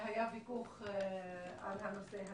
והיה ויכוח על הנושא הזה.